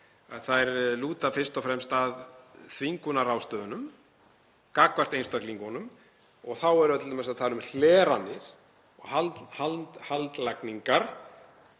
þá lúta þær fyrst og fremst að þvingunarráðstöfunum gagnvart einstaklingunum og þá erum við t.d. að tala um hleranir og haldlagningar